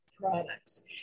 Products